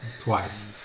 Twice